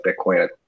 Bitcoin